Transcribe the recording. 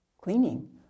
cleaning